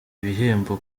bihembo